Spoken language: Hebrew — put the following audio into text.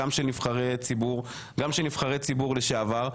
גם של נבחרי ציבור וגם של נבחרי ציבור לשעבר.